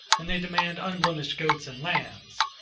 and they demand unblemished goats and lambs.